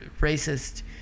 racist